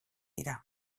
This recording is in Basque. dira